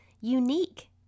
unique